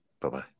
Bye-bye